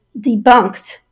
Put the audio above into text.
debunked